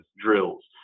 drills